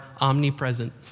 omnipresent